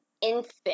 infant